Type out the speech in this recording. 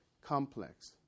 complex